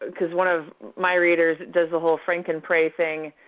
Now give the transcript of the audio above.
cause one of my readers does the whole frankenprey thing.